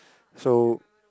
so